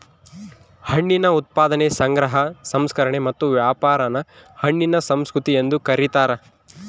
ಹಣ್ಣಿನ ಉತ್ಪಾದನೆ ಸಂಗ್ರಹ ಸಂಸ್ಕರಣೆ ಮತ್ತು ವ್ಯಾಪಾರಾನ ಹಣ್ಣಿನ ಸಂಸ್ಕೃತಿ ಎಂದು ಕರೀತಾರ